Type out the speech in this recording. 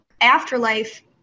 afterlife